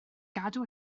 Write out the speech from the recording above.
gadw